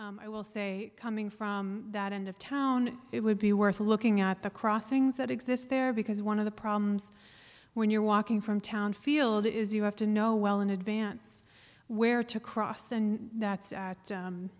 s i will say coming from that end of town it would be worth looking at the crossings that exist there because one of the problems when you're walking from town field is you have to know well in advance where to cross and that's at